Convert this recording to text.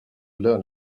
learn